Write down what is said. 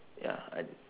ya I